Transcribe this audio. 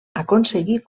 aconseguir